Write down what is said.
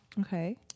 Okay